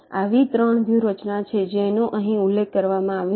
આવી 3 વ્યૂહરચના છે જેનો અહીં ઉલ્લેખ કરવામાં આવ્યો છે